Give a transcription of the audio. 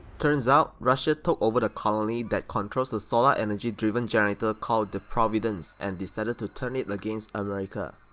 turns out, russia took over the colony that controls the solar energy-driven generator called the providnece and decided to turn it against america.